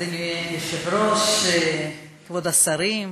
אדוני היושב-ראש, כבוד השרים,